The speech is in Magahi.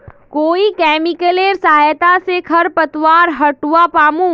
कोइ केमिकलेर सहायता से खरपतवार हटावा पामु